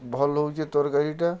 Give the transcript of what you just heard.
ଭଲ୍ ହେଉଛେ ତର୍କାରୀଟା